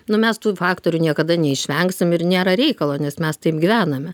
nu mes tų faktorių niekada neišvengsim ir nėra reikalo nes mes taip gyvename